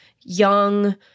young